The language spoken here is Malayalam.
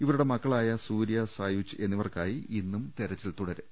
ഇവരുടെ മക്കളായ സൂര്യ സായൂജ് എന്നിവർക്കായി ഇന്നും തെരച്ചിൽ തുടരും